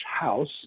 house